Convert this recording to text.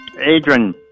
Adrian